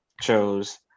chose